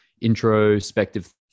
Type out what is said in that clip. introspective